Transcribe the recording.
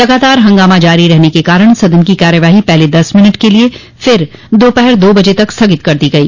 लगातार हंगामा जारी रहने के कारण सदन की कार्यवाही पहले दस मिनट के लिए और फिर दोपहर दो बजे तक स्थगित कर दी गई